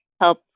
help